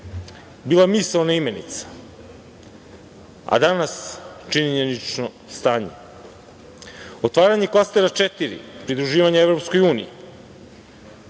bila misaona imenica, a danas činjenično stanje. Otvaranje Klastera 4, pridruživanje EU.